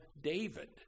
David